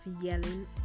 yelling